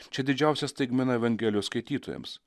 čia didžiausia staigmena evangelijos skaitytojams